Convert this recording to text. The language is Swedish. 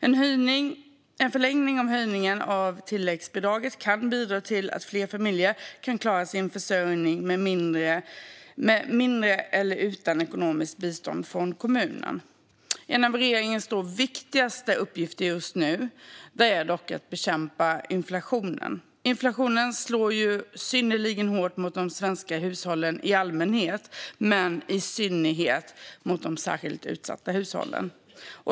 En förlängning och höjning av tilläggsbidraget kan bidra till att fler familjer kan klara sin försörjning med mindre eller utan ekonomiskt bistånd från kommunen. En av regeringens viktigaste uppgifter just nu är dock att bekämpa inflationen. Inflationen slår synnerligen hårt mot de svenska hushållen i allmänhet men i synnerhet mot de särskilt utsatta hushållen.